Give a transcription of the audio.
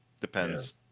depends